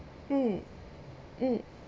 mm